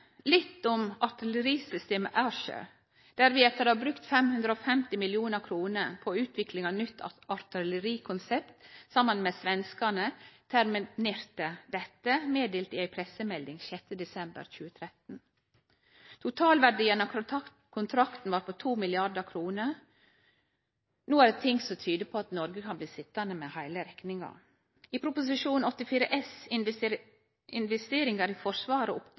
litt om artillerisystemet Archer. Etter å ha brukt 550 mill. kr på utvikling av nytt artillerikonsept saman med svenskane, vart det terminert. Det blei gjort kjent i ei pressemelding 6. desember 2013. Totalverdien av kontrakten var på 2 mrd. kr. No er det ting som tyder på at Noreg kan bli sitjande med heile rekninga. I Prop. 84 S, Investeringar i Forsvaret,